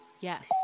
yes